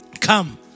come